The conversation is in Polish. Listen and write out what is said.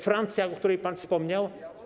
Francja, o której pan wspomniał.